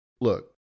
Look